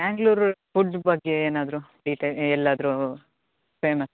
Mangalore food ಬಗ್ಗೆ ಏನಾದರೂ detail ಎಲ್ಲಾದರೂ ಫೇಮ